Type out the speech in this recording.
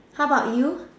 how about you